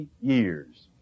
years